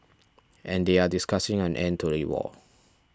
and they are discussing an end to the war